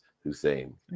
hussein